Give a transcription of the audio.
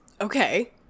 Okay